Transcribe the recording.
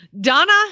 Donna